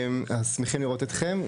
אז שמחים לראות אתכם.